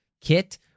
kit